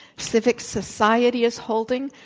civic society is holding.